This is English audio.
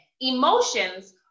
Emotions